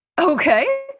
Okay